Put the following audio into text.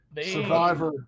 Survivor